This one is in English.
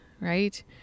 Right